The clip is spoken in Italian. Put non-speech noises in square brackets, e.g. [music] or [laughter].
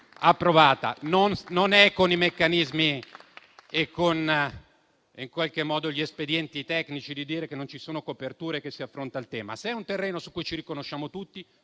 [applause] Non è con i meccanismi e con gli espedienti tecnici di dire che non ci sono coperture che si affronta il tema. Se è un terreno su cui ci riconosciamo tutti,